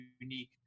unique